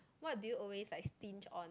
what do you always like stinge on